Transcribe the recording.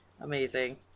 Amazing